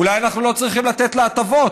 אולי אנחנו לא צריכים לתת לה הטבות,